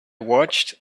watched